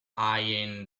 eyeing